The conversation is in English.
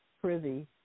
privy